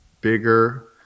bigger